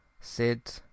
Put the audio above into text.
sid